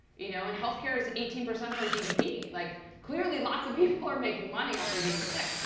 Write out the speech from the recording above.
you know and health care is eighteen percent of our gdp. like clearly, lots of people are making money off you being sick.